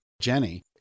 Jenny